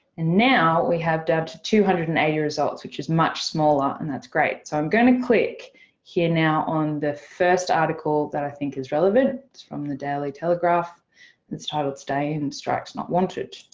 and now we have down to two hundred and eighty results, which is much smaller and that's great. so i'm going to click here now on the first article that i think is relevant, from the daily telegraph and it's titled stay-in and strikes not wanted.